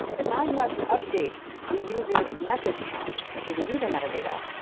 but now you have to update the user's message account, which is a user metadata,